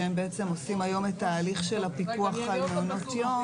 שהם בעצם עושים היום את ההליך של הפיקוח על מעונות יום.